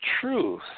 truth